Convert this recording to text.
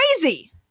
crazy